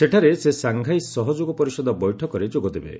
ସେଠାରେ ସେ ସାଙ୍ଘାଇ ସହଯୋଗ ପରିଷଦ ବୈଠକରେ ଯୋଗଦେବେ